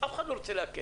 אף אחד לא רוצה להקל.